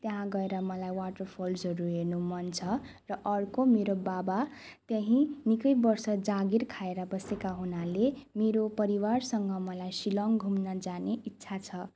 त्यहाँ गएर मलाई वाटरफल्सहरू हेर्नु मन छ र अर्को मेरो बाबा त्यहीँ निकै वर्ष जागिर खाएर बसेका हुनाले मेरो परिवारसँग मलाई सिलङ घुम्न जाने इच्छा छ